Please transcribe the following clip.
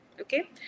Okay